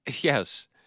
Yes